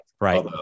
right